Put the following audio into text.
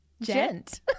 gent